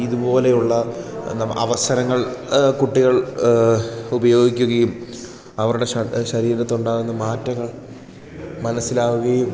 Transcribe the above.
ഇതുപോലെയുള്ള അവസരങ്ങൾ കുട്ടികൾ ഉപയോഗിക്കുകയും അവരുടെ ശരീരത്തുണ്ടാകുന്ന മാറ്റങ്ങൾ മനസ്സിലാവുകയും